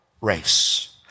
race